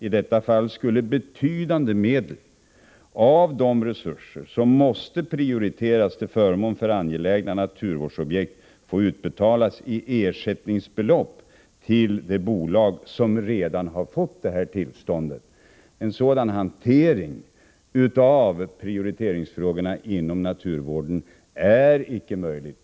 I detta fall skulle betydande medel av de resurser som måste prioriteras till förmån för angelägna naturvårdsobjekt få utbetalas som ersättning till de bolag som redan har fått detta tillstånd. En sådan hantering av prioriteringsfrågorna inom naturvården är icke möjlig.